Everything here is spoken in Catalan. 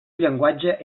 llenguatge